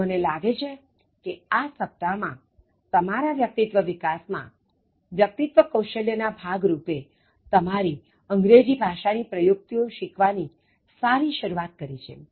તો મને લાગે છે કે આ સપ્તાહ માં તમારા વ્યક્તિત્વ વિકાસ માં વ્યક્તિ કૌશલ્ય ના ભાગ રૂપે તમારી અંગ્રેજી ભાષા ની પ્રયુક્તિઓ શીખવા ની સારી શરૂઆત કરી છે